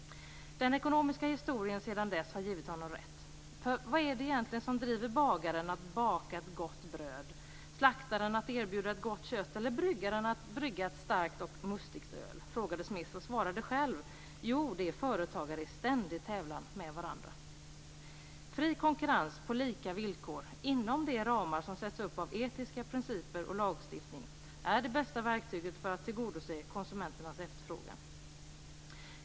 Den ekonomiska historien har givit honom rätt. Vad är det som driver bagaren att baka ett gott bröd, slaktaren att erbjuda ett gott kött eller bryggaren att brygga ett mustigt öl? frågade Smith och svarade själv: Jo, det är företagare i ständig tävlan med varandra. Fri konkurrens på lika villkor inom de ramar som sätts upp av etiska principer och lagstiftning är det bästa verktyget för att tillgodose konsumenternas efterfrågan.